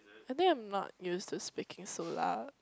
I think I'm not used to speaking so loud